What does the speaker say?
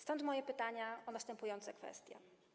Stąd moje pytania o następujące kwestie.